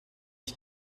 ich